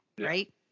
right